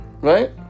right